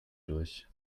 durch